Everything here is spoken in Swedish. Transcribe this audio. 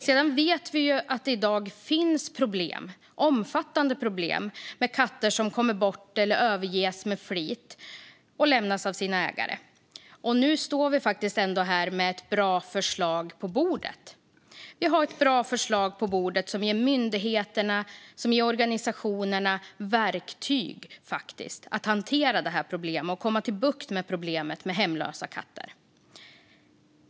Sedan vet vi att det i dag finns omfattande problem med katter som kommer bort eller som överges med flit och lämnas av sina ägare. Nu står vi här och har ett bra förslag på bordet. Vi har ett bra förslag på bordet som ger myndigheterna och organisationerna verktyg för att få bukt med problemet med hemlösa katter.